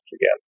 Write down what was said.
again